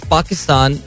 Pakistan